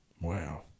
wow